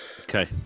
Okay